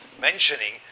mentioning